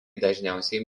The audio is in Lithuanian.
dažniausiai